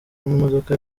imodoka